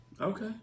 Okay